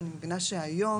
אני מבינה שהיום